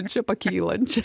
čia pakylančia